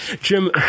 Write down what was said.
Jim